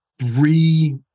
Three